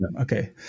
Okay